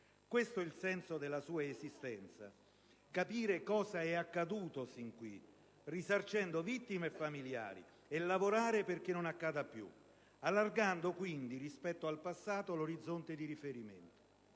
Questo il senso della sua esistenza: capire cosa è accaduto sin qui, risarcendo vittime e familiari e lavorare perché non accada più, allargando quindi, rispetto al passato, l'orizzonte di riferimento.